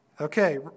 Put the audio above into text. Okay